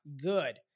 good